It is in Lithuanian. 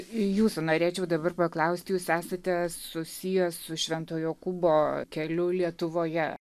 jūsų norėčiau dabar paklausti jūs esate susijęs su švento jokūbo keliu lietuvoje